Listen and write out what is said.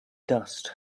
dust